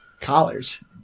collars